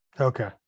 Okay